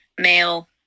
male